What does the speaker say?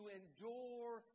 endure